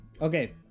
Okay